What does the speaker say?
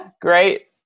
Great